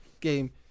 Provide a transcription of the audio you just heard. game